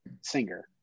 singer